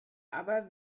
aber